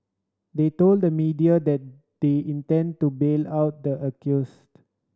they told the media that they intend to bail out the accused